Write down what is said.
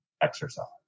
exercise